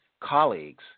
colleagues